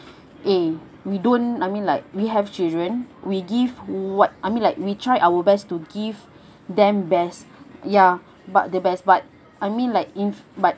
eh we don't I mean like we have children we give what I mean like we try our best to give them best ya but the best but I mean like if like